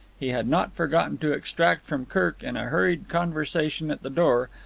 he had not forgotten to extract from kirk in a hurried conversation at the door,